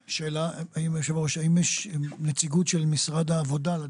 שאלה, היושב ראש, האם יש נציגות של משרד העבודה?